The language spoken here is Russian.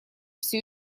все